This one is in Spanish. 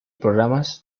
programas